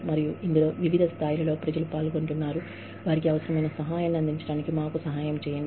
మరియు ఇందులో వివిధ స్థాయిలలో ప్రజలు పాల్గొంటున్నారు వారికి అవసరమైన సహాయాన్ని అందించాడానికి మాకు సహాయం చేయండి